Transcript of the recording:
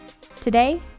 today